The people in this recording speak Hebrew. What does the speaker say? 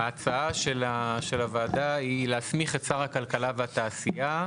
ההצעה של הוועדה היא להסמיך את שר הכלכלה והתעשייה,